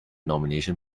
nomination